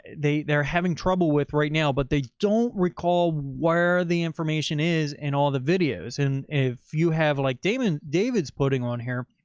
they they're having trouble with right now, but they don't recall where the information is and all the videos. and if you have like damon, david's putting on here,